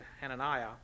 Hananiah